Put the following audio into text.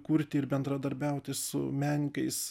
kurti ir bendradarbiauti su menininkais